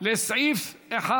לסעיף 1